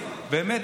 באמת,